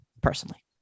personally